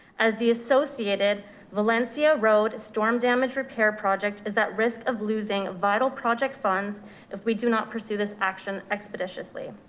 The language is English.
as the associated valencia road storm damage repair project is at risk of losing vital project funds if we do not pursue this action expeditiously.